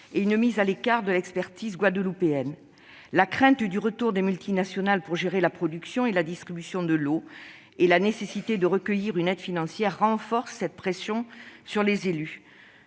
et une mise à l'écart de l'expertise guadeloupéenne. La crainte du retour des multinationales pour gérer la production et la distribution de l'eau et la nécessité de recueillir une aide financière renforcent la pression sur les élus.